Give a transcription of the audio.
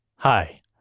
Hi